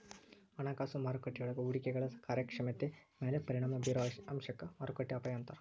ಹಣಕಾಸು ಮಾರುಕಟ್ಟೆಯೊಳಗ ಹೂಡಿಕೆಗಳ ಕಾರ್ಯಕ್ಷಮತೆ ಮ್ಯಾಲೆ ಪರಿಣಾಮ ಬಿರೊ ಅಂಶಕ್ಕ ಮಾರುಕಟ್ಟೆ ಅಪಾಯ ಅಂತಾರ